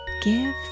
give